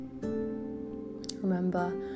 Remember